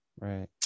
right